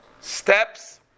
steps